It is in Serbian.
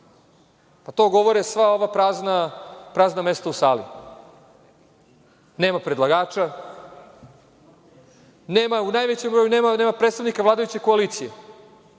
to govore sva ova prazna mesta u sali. Nema predlagača, u najvećem broju nema predstavnika vladajuće koalicije.